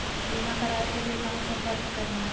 बीमा करावे के लिए कहा संपर्क करना है?